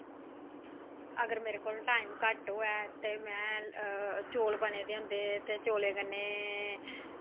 अगर मेरे कोल टाईम घट्ट होऐ ते चौल बने दे होंदे ते चौलें कन्नै